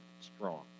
strong